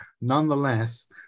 nonetheless